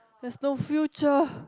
there is no future